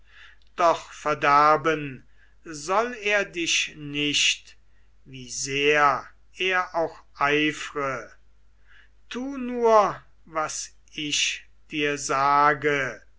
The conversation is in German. doch verderben soll er dich nicht wie sehr er auch eifre tu nur was ich dir sage